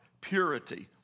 purity